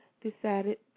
decided